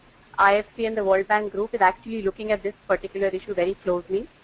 ifc and the world bank group is actually looking at this particular issue very closely.